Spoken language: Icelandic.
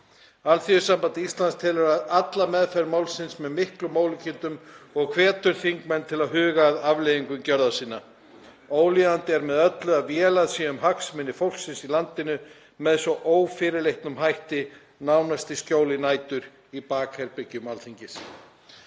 þessu móti. ASÍ telur alla meðferð málsins með miklum ólíkindum og hvetur þingmenn til að huga að afleiðingum gjörða sinna. Ólíðandi er með öllu að vélað sé um hagsmuni fólksins í landinu með svo ófyrirleitnum hætti, nánast í skjóli nætur, í bakherbergjum Alþingis.“